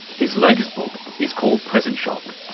his latest book is called present shock.